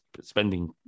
spending